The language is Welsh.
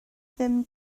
ddim